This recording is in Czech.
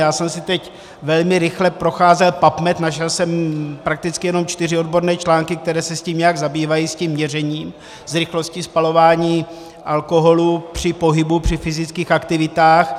Já jsem si teď velmi rychle procházel PubMed, našel jsem prakticky jenom čtyři odborné články, které se tím nějak zabývají, tím měřením, rychlostí spalování alkoholu při pohybu, při fyzických aktivitách.